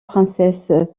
princesse